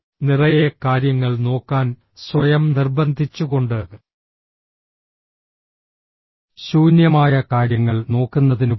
നിറയെ കാര്യങ്ങൾ നോക്കാൻ സ്വയം നിർബന്ധിച്ചുകൊണ്ട് ശൂന്യമായ കാര്യങ്ങൾ നോക്കുന്നതിനുപകരം